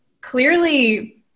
clearly